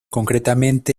concretamente